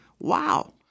Wow